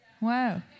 wow